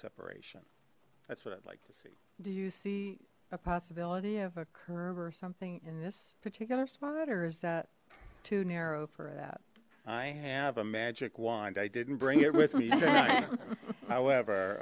separation that's what i'd like to see do you see a possibility of a curb or something in this particular spiders too narrow for that i have a magic wand i didn't bring it with me however